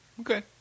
Okay